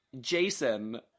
Jason